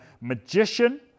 magician